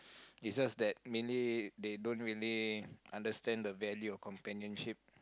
it's just that mainly they don't really understand the value of companionship